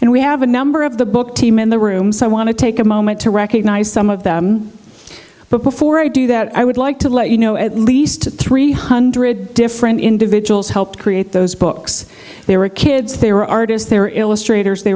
and we have a number of the book team in the room so i want to take a moment to recognize some of them but before i do that i would like to let you know at least three hundred different individuals helped create those books they were kids they were artists they're illustrators they